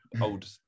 old